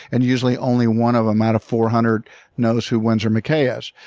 and usually only one of them out of four hundred knows who windsor mckay is.